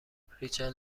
ریچل